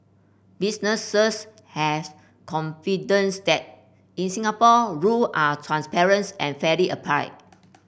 businesses have confidence that in Singapore rule are and fairly applied